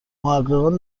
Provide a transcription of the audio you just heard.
محققان